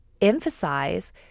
emphasize